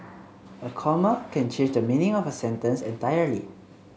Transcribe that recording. a comma can change the meaning of a sentence entirely